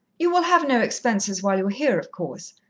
you will have no expenses while you're here, of course,